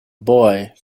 boy